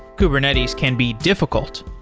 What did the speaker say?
kubernetes can be difficult.